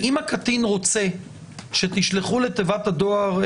ואם הקטין רוצה שתשלחו לתיבת הדואר